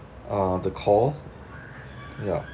uh the call ya